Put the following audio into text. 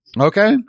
Okay